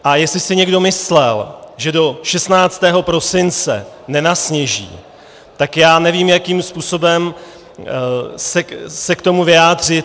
A jestli si někdo myslel, že do 16. prosince nenasněží, tak já nevím, jakým způsobem se k tomu vyjádřit.